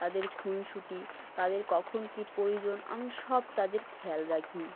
তাদের খুনসুটি তাদের কখন কী প্রয়োজন আমি সব তাদের খেয়াল রাখি